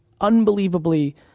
unbelievably